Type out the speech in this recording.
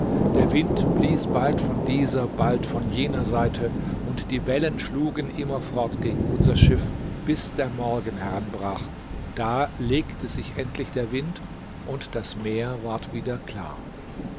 der wind blies bald von dieser bald von jener seite und die wellen schlugen immerfort gegen unser schiff bis der morgen heranbrach da legte sich endlich der wind und das meer ward wieder klar